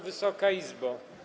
Wysoka Izbo!